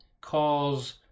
calls